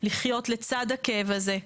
לחיות לצד הכאב הזה,